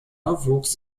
wuchs